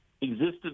existed